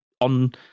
on